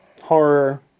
horror